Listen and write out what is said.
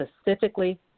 specifically